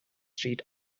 street